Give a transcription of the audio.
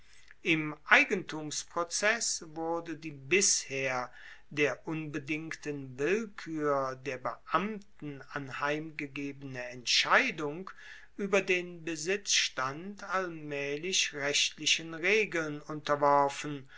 im eigentumsprozess wurde die bisher der unbedingten willkuer der beamten anheimgegebene entscheidung ueber den besitzstand allmaehlich rechtlichen regeln unterworfen